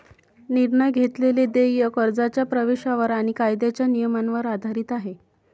निर्णय घेतलेले देय कर्जाच्या प्रवेशावर आणि कायद्याच्या नियमांवर आधारित आहे